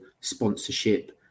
sponsorship